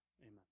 Amen